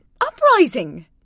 Uprising